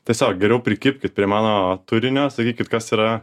tiesiog geriau prikibkit prie mano turinio sakykit kas yra